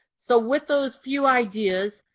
so with those few ideas,